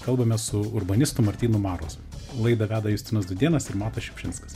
kalbamės su urbanistu martynu marozu laidą veda justinas dudėnas ir matas šiupšinskas